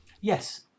Yes